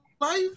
life